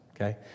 okay